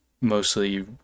mostly